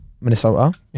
Minnesota